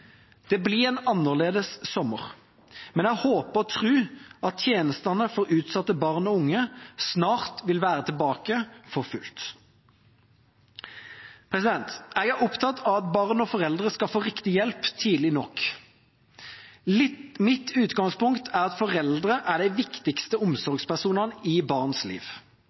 Det blir en annerledes sommer, men jeg håper og tror at tjenestene for utsatte barn og unge snart vil være tilbake for fullt. Jeg er opptatt av at barn og foreldre skal få riktig hjelp tidlig nok. Mitt utgangspunkt er at foreldre er de viktigste omsorgspersonene i barns liv.